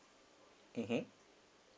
mmhmm